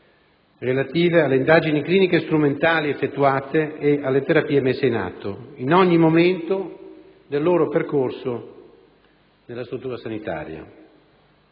relative alle indagini cliniche e strumentali effettuate e alle terapie messe in atto, in ogni momento del loro percorso nella struttura sanitaria.